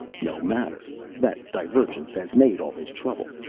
no matter that divergence has made all this trouble.